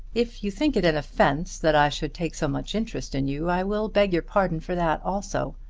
if you think it an offence that i should take so much interest in you, i will beg your pardon for that also.